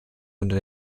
unter